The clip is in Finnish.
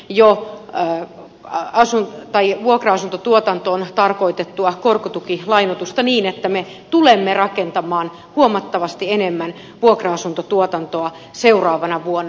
joo tai kaasun tai vuokra asuntotuotantoon tarkoitettua korkotukilainoitusta niin että me tulemme rakentamaan huomattavasti enemmän vuokra asuntotuotantoa seuraavana vuonna